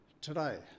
today